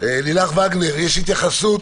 לילך וגנר, יש התייחסות